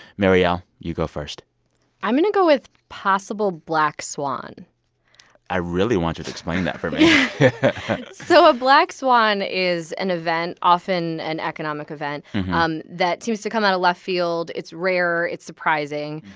marielle, you go first i'm going to go with possible black swan i really want you to explain that for me so a black swan is an event often an economic event um that seems to come out of left field. it's rare. it's surprising.